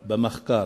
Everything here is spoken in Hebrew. במחקר.